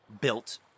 built